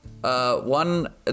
One